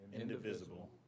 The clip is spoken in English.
Indivisible